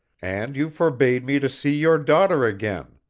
and you forbade me to see your daughter again.